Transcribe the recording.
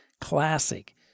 classic